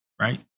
right